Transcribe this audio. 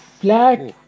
Black